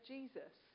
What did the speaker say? Jesus